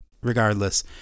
regardless